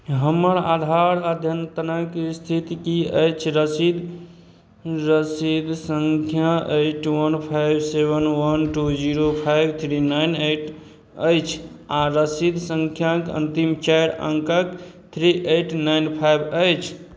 हमर आधार अद्यतनके इस्थिति कि अछि रसीद रसीद सँख्या eight one five seven one two zero five three nine eight अछि आओर रसीद सँख्याके अन्तिम चारि अङ्कके थ्री एट नाइन फाइव अछि